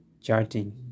charting